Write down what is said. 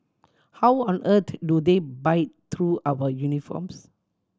how on earth do they bite through our uniforms